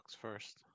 first